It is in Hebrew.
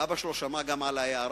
ואבא שלו שמע גם הוא על ההארה,